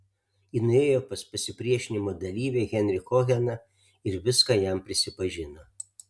ji nuėjo pas pasipriešinimo dalyvį henrį koheną ir viską jam prisipažino